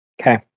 Okay